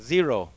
Zero